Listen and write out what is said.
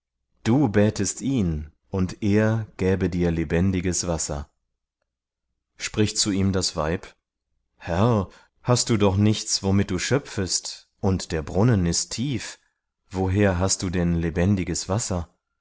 du bätest ihn und er gäbe dir lebendiges wasser spricht zu ihm das weib herr hast du doch nichts womit du schöpfest und der brunnen ist tief woher hast du denn lebendiges wasser